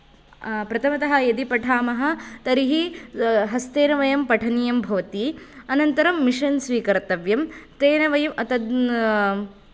प्रथमतः यदि पठामः तर्हि हस्तेन वयं पठनीयं भवति अनन्तरं मिशन् स्वीकर्तव्यं तेन वयं तद्